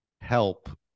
help